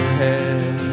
head